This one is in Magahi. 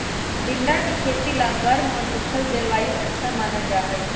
टिंडा के खेती ला गर्म और सूखल जलवायु अच्छा मानल जाहई